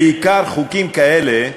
בעיקר חוקים כאלה,